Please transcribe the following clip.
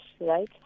right